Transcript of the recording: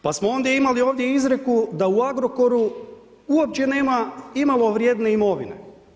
Pa smo onda imali ovdje izreku, da u Agrokoru, uopće nema imalo vrijedne imovine.